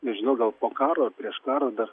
nežinau gal po karo ar prieš karą dar